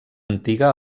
antiga